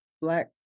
black